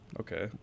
Okay